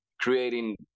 creating